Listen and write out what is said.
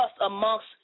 amongst